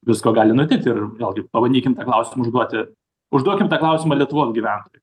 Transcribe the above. visko gali nutikt ir vėlgi pabandykim tą klausimą užduoti užduokim tą klausimą lietuvos gyventojui